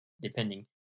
depending